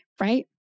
Right